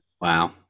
wow